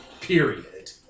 Period